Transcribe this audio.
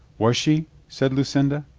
was she? said lucinda.